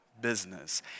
business